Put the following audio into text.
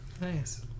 Nice